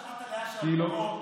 אפרופו מה שאמרת על פרעה,